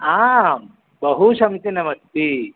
आं बहु समीचीनमस्ति